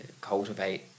cultivate